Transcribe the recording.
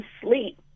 sleep